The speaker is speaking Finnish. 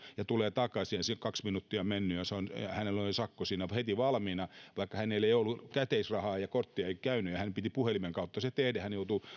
ja tulee takaisin siinä on kaksi minuuttia mennyt ja hänellä oli sakko siinä heti valmiina vaikka hänellä ei ollut käteisrahaa ja kortti ei käynyt ja hänen piti puhelimen kautta se tehdä